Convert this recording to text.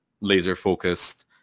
laser-focused